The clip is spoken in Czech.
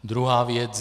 Druhá věc.